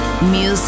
Music